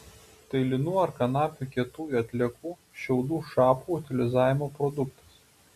tai linų ar kanapių kietųjų atliekų šiaudų šapų utilizavimo produktas